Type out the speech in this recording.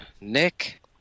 Nick